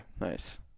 Nice